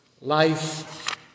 life